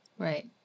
right